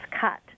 cut